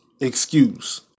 excuse